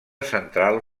central